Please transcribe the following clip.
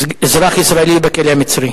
אזרח ישראלי בכלא המצרי.